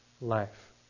life